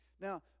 Now